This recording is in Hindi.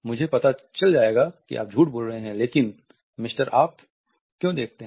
मुझे पता चल जाएगा कि आप झूठ बोल रहे हैं लेकिन मिस्टर आप क्यों देखते हैं